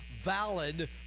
valid